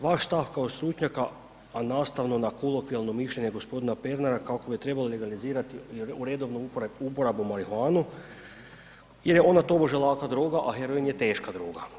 Vaš stav kao stručnjaka, a nastavno na kolokvijalno mišljenje g. Pernara kako bi trebali legalizirati u redovnu uporabu marihuanu jer je ona tobože laka droga, a heroin je teška droga.